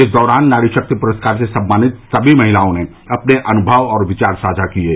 इस दौरान नारी शक्ति पुरस्कार से सम्मानित सभी महिलाओं ने अपने अनुभव और विचार साझा किये